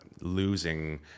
losing